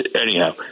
Anyhow